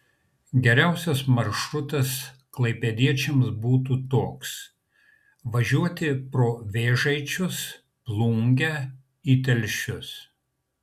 geriausias maršrutas klaipėdiečiams būtų toks važiuoti pro vėžaičius plungę į telšius